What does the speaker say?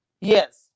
Yes